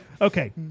Okay